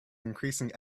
increasing